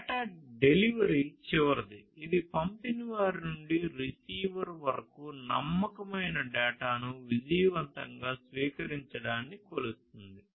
data delivery చివరిది ఇది పంపినవారి నుండి రిసీవర్ వరకు నమ్మకమైన డేటాను విజయవంతంగా స్వీకరించడాన్ని కొలుస్తుంది